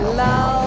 love